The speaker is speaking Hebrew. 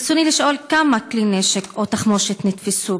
ברצוני לשאול: 1. כמה כלי נשק או תחמושת נתפסו?